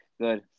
Good